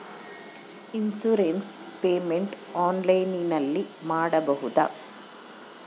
Insurance payment ಆನ್ಲೈನಿನಲ್ಲಿ ಮಾಡಬಹುದಾ?